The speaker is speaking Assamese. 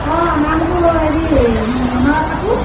অঁ নামটো হেৰি মনৰা খাতুন